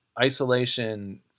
isolation